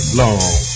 long